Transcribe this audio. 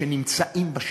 שנמצאים בשטח.